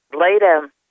later